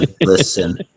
listen